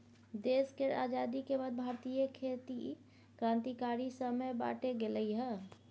देश केर आजादी के बाद भारतीय खेती क्रांतिकारी समय बाटे गेलइ हँ